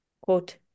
quote